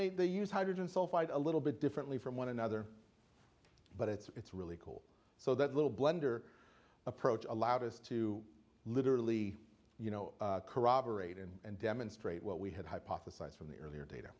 they they use hydrogen sulfide a little bit differently from one another but it's really cool so that little blender approach allowed us to literally you know corroborate and demonstrate what we had hypothesized from the earlier data